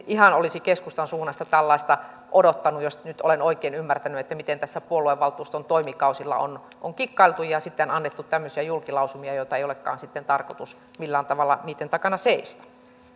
ihan olisi keskustan suunnasta tällaista odottanut jos nyt olen oikein ymmärtänyt miten tässä puoluevaltuuston toimikausilla on on kikkailtu ja sitten annettu tämmöisiä julkilausumia joitten takana ei olekaan sitten tarkoitus millään tavalla seistä